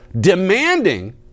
demanding